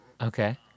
Okay